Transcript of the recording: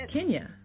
Kenya